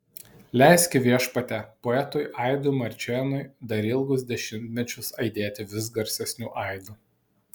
leiski viešpatie poetui aidui marčėnui dar ilgus dešimtmečius aidėti vis garsesniu aidu